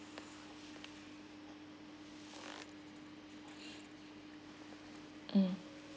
mm